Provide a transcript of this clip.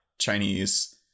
Chinese